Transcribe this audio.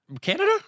Canada